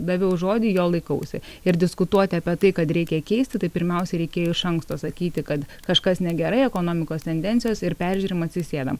daviau žodį jo laikausi ir diskutuoti apie tai kad reikia keisti tai pirmiausiai reikėjo iš anksto sakyti kad kažkas negerai ekonomikos tendencijos ir peržiūrim atsisėdam